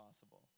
possible